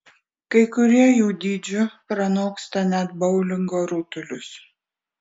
kai kurie jų dydžiu pranoksta net boulingo rutulius